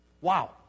Wow